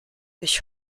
ich